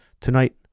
Tonight